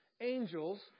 angels